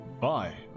bye